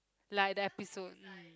like the episode